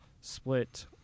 split –